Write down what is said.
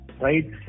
Right